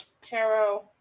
tarot